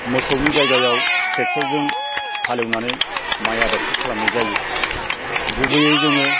मोसौनि जायगायाव ट्रेक्टरजों हालएवनानै माइ आबादखौ खालामनाय जायो गुबैयै जोङो